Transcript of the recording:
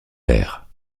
pairs